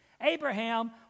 Abraham